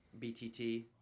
BTT